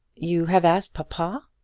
you have asked papa?